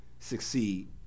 succeed